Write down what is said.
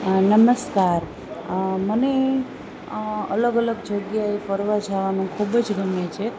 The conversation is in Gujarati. નમસ્કાર મને અલગ અલગ જગ્યાએ ફરવા જાવાનું ખૂબ જ ગમે છે